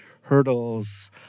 hurdles